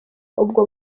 ubwo